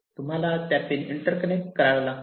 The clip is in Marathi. तुम्हाला त्या पिन इंटर्कनेक्ट कराव्या लागतात